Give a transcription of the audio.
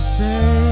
say